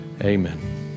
Amen